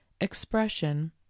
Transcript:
expression